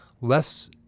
less